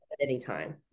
Anytime